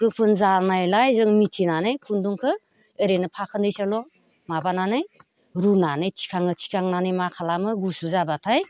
गोफोन जानायलाय जोंं मिथिनानै खुन्दुंखौ ओरैनो फाखोनैसोल' माबानानै रुनानै थिखाङो थिखांनानै मा खालामो गुसु जाबाथाय